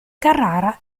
carrara